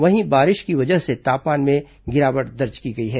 वहीं बारिश की वजह से तापमान में भी गिरावट दर्ज की गई है